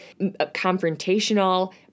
confrontational